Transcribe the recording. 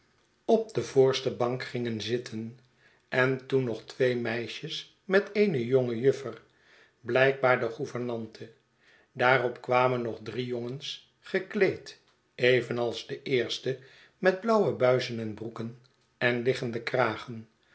op de voorste bank gingen zitten en toen nog tweemeisjes met eene jonge juffer blijkbaar de gouvernante daarop kwamen nog drie jongens gekleed evenals de eerste met blauwe buizen en broeken en liggen de kragen